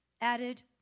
added